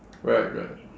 right right